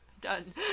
done